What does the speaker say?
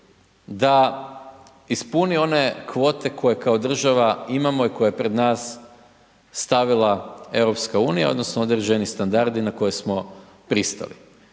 da ispuni one kvote koje kako država imamo i koje je pred nas stavila EU, odnosno, određeni standardi na koje smo pristali.